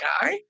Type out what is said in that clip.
guy